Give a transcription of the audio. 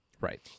Right